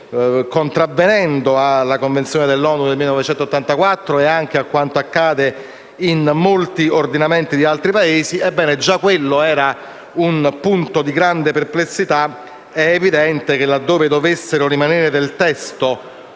modo contravvenendo alla Convenzione dell'ONU del 1984 e anche a quanto accade in molti ordinamenti di altri Paesi. Ebbene, già quello era un punto di grande perplessità ed è evidente che dal nostro punto di vista